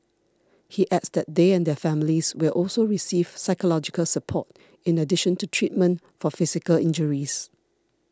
he adds that they and their families will also receive psychological support in addition to treatment for physical injuries